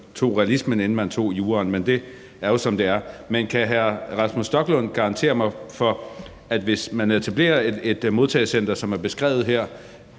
tog realismen, inden man tog juraen. Men det er jo, som det er. Men kan hr. Rasmus Stoklund garantere mig for, at hvis man etablerer et modtagecenter, som det er beskrevet her,